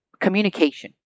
communication